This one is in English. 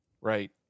right